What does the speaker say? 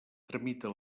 tramita